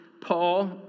Paul